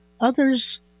others